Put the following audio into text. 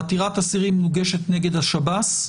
עתירת אסירים מוגשת נגד השב"ס.